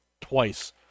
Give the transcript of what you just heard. twice